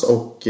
Och